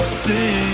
see